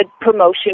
promotion